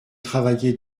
travaillez